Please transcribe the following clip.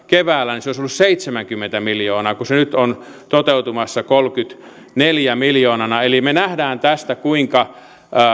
keväällä kaksituhattaviisitoista se olisi ollut seitsemänkymmentä miljoonaa kun se nyt on toteutumassa kolmenakymmenenäneljänä miljoonana me näemme tästä kuinka